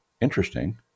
interesting